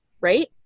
right